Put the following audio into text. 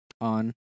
On